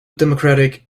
democratic